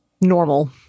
normal